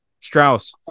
Strauss